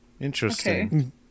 Interesting